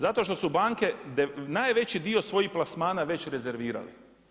Zato što su banke najveći dio svojih plasmana već rezervirali.